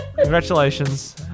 Congratulations